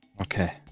okay